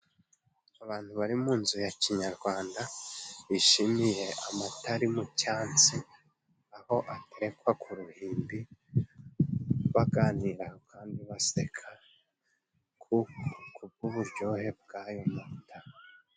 Abantu bari mu nzu ya kinyarwanda bishimiye amata ari mu cyansi aho atekwa ku ruhimbi, baganira kandi baseka kubw'uburyohe bw'ayo mavuta.